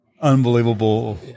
unbelievable